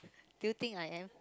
do you think I am